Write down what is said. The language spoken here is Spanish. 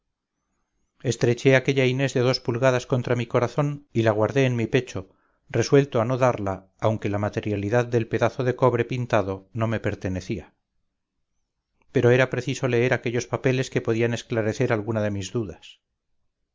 estreché aquella inés de dos pulgadas contra mi corazón y la guardé en mi pecho resuelto a no darla aunque la materialidad del pedazo de cobre pintado no me pertenecía pero era preciso leer aquellos papeles que podían esclarecer alguna de mis dudas